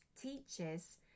teaches